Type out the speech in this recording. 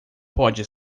pode